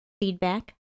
feedback